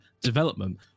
development